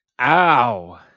ow